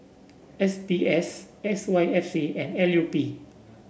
S B S S Y F C and L U P